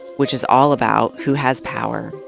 which is all about who has power,